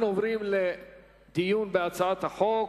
אנחנו עוברים לדיון בהצעת החוק.